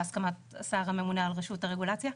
בהסכמת השר הממונה על רשות הרגולציה.